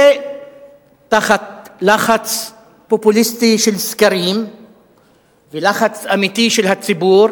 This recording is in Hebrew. ותחת לחץ פופוליסטי של סקרים ולחץ אמיתי של הציבור